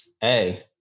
Hey